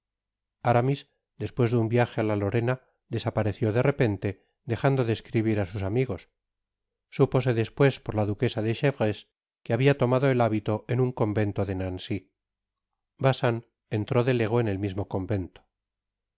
carruaje aramis despues de un viaje á la lorena desapareció de repente dejando de escribir á sus amigos súpose despues por la duquesa de chevreuseque habia tomado el hábito en un convento de nancy bacin entró de lego en el mismo convento